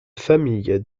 famille